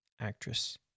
actress